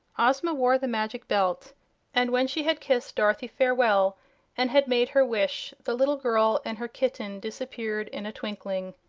ozma wore the magic belt and, when she had kissed dorothy farewell and had made her wish, the little girl and her kitten disappeared in a twinkling.